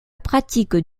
pratique